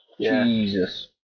Jesus